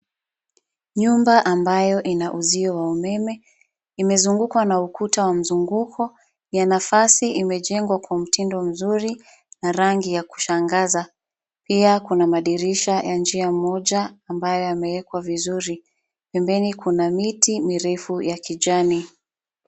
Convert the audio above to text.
Nyumba ambayo ina uzio wa umeme imezungukwa na ukuta wa mzunguko ya nafasi imejengwa kwa mtindo mzuri na rangi ya kushangaza, pia kuna madirisha ya njia moja ambayo yamewekwa vizuri. Pembeni kuna miti mirefu ya kijani.